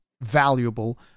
valuable